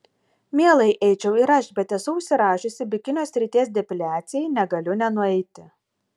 mielai eičiau ir aš bet esu užsirašiusi bikinio srities depiliacijai negaliu nenueiti